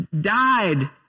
died